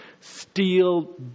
steel